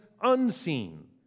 unseen